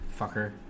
Fucker